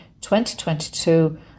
2022